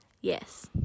Yes